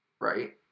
Right